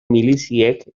miliziek